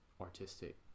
artistic